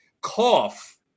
cough